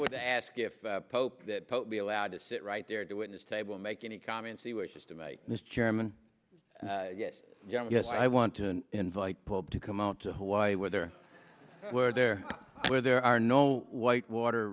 would ask if the pope be allowed to sit right there to witness table make any comments he wishes to make mr chairman yes yes i want to invite pope to come out to hawaii where there where there where there are no white water